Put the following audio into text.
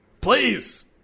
Please